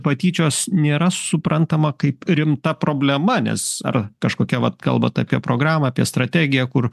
patyčios nėra suprantama kaip rimta problema nes ar kažkokia vat kalbat apie programą apie strategiją kur